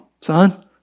son